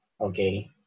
Okay